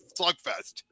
slugfest